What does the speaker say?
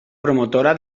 promotora